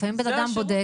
לפעמים בן אדם בודק,